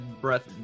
Breath